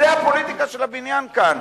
זה הפוליטיקה של הבניין כאן,